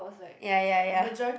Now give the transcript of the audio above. ya ya ya